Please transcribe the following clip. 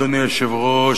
אדוני היושב-ראש,